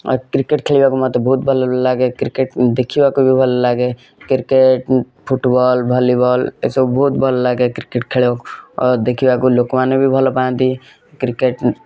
cricket ଖେଳିବାକୁ ମୋତେ ବହୁତ ଭଲ ଲାଗେ କ୍ରିକେଟ ଦେଖିବାକୁ ବି ଭଲଲାଗେ କ୍ରିକେଟ ଫୁଟବଲ୍ ଭଲିବଲ୍ ଏସବୁ ବହୁତ ଭଲଲାଗେ କ୍ରିକେଟ ଖେଳ ଦେଖିବାକୁ ବି ଲୋକମାନେ ଭଲପାଆନ୍ତି କ୍ରିକେଟ